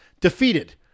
defeated